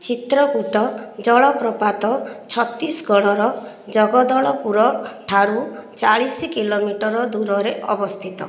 ଚିତ୍ରକୁଟ ଜଳପ୍ରପାତ ଛତିଶଗଡ଼ର ଜଗଦଲପୁରଠାରୁ ଚାଳିଶ କିଲୋମିଟର ଦୂରରେ ଅବସ୍ଥିତ